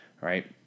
right